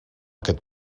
aquest